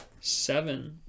seven